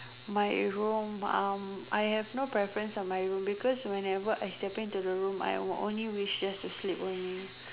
my room um I have no preference on my room because whenever I step into the room I will only wish just to sleep only